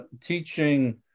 teaching